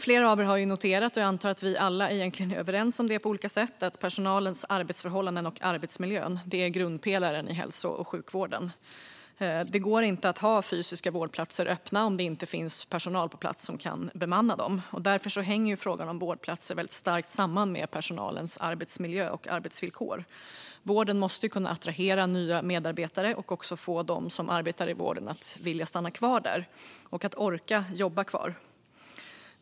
Flera av er har noterat - och jag antar att vi alla egentligen är överens om - att personalens arbetsförhållanden och arbetsmiljö är grundpelaren i hälso och sjukvården. Det går inte att ha fysiska vårdplatser öppna om det inte finns personal på plats som kan bemanna dem, och därför hänger frågan om vårdplatser starkt samman med personalens arbetsmiljö och arbetsvillkor. Vården måste ju kunna attrahera nya medarbetare och också få dem som arbetar i vården att vilja stanna kvar och orka jobba kvar.